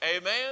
Amen